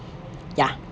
ya